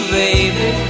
baby